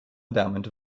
endowment